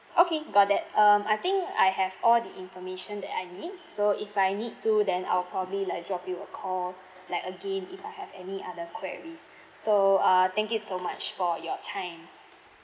okay got that um I think I have all the information that I need so if I need to then I'll probably like drop you a call like again if I have any other queries so uh thank you so much for your time